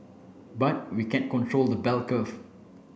but we can't control the bell curve